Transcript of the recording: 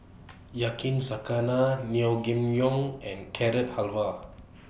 Yakizakana Naengmyeon and Carrot Halwa